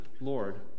Lord